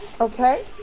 Okay